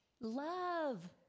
Love